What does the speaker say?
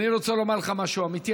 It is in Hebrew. אני רוצה לומר לך משהו אמיתי,